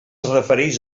refereix